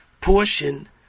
portion